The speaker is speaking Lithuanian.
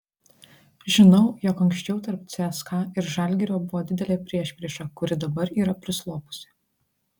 žinau jog anksčiau tarp cska ir žalgirio buvo didelė priešprieša kuri dabar yra prislopusi